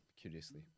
curiously